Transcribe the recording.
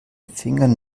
fingern